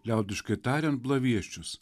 liaudiškai tariant blavieščius